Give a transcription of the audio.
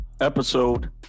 episode